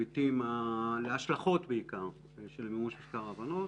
את ההשלכות בעיקר של מימוש מזכר ההבנות